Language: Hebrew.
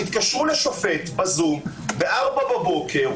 יתקשרו לשופט ב-זום ב-4 בבוקר,